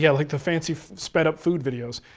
yeah like the fancy sped up food videos.